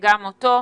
גם אותו.